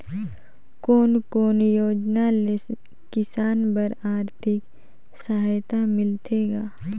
कोन कोन योजना ले किसान बर आरथिक सहायता मिलथे ग?